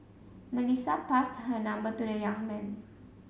Melissa passed her number to the young man